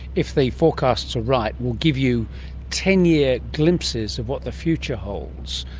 if the forecasts are right, will give you ten-year glimpses of what the future holds.